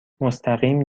مستقیم